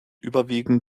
überwiegend